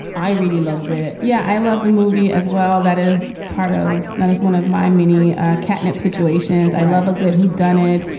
i really loved it yeah, i love the movie as well. that is part of that is one of my many catnip situations. i love a good who done it